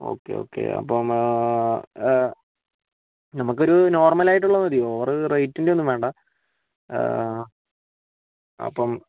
okay okay അപ്പം നമുക്കൊരു normal ആയിട്ടുള്ളത് മതി ഓവർ റേറ്റിൻ്റെ ഒന്നും വേണ്ട അപ്പം